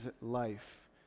life